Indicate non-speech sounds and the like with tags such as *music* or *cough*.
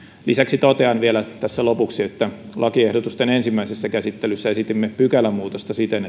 lisäksi totean vielä tässä lopuksi että lakiehdotusten ensimmäisessä käsittelyssä esitimme pykälämuutosta siten *unintelligible*